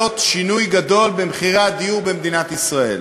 שינוי גדול במחירי הדיור במדינת ישראל.